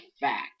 fact